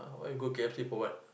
why you go K_F_C for what